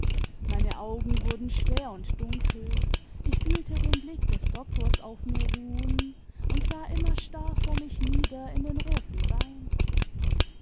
meine augen wurden schwer und dunkel ich fühlte den blick des doktors auf mir ruhen und sah immer starr vor mich nieder in den roten wein